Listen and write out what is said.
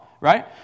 right